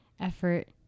effort